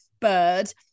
bird